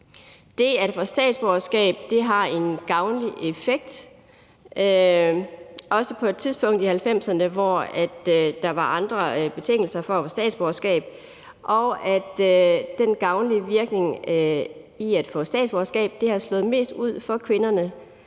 det at få statsborgerskab har en gavnlig effekt – også på et tidspunkt i 1990'erne, hvor der var andre betingelser for at få statsborgerskab – og at den gavnlige virkning af at få statsborgerskab har slået mest ud for kvinderne,